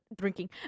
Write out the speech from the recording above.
drinking